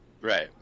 Right